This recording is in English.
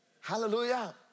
Hallelujah